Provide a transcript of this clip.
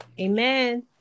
Amen